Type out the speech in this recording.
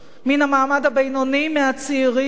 מן המעמד הבינוני, מהצעירים,